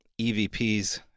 EVPs